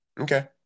Okay